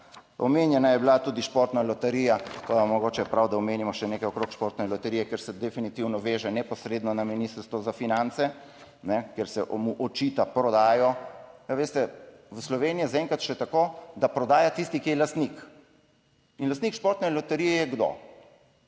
Omenjena je bila tudi Športna loterija. Pa mogoče je prav, da omenimo še nekaj okrog Športne loterije, ker se definitivno veže neposredno na Ministrstvo za finance, ker se mu očita prodajo. A veste, v Sloveniji je zaenkrat še tako, da prodaja tisti, ki je lastnik. In lastnik športne loterije je kdo?